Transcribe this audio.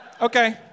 Okay